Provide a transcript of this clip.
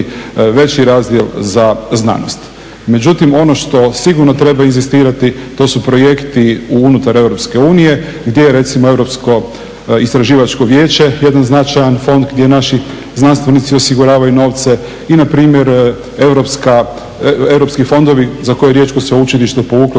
veći razdjel za znanost. Međutim, ono što sigurno treba inzistirati to su projekti unutar EU gdje je recimo Europsko istraživačko vijeće jedan značajan fond gdje naši znanstvenici osiguravaju novce i na primjer europski fondovi za koje je Riječko sveučilište povuklo